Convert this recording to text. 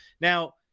Now